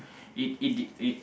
it it it